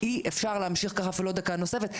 אי אפשר להמשיך כך אפילו לא דקה נוספת.